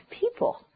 people